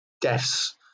deaths